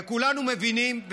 וכולנו מבינים שחייבים,